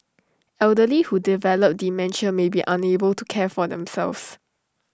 elderly who develop dementia may be unable to care for themselves